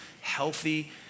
healthy